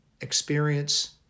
Experience